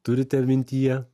turite mintyje